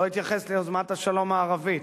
לא התייחס ליוזמת השלום הערבית,